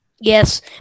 Yes